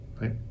right